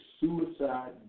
suicide